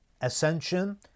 ascension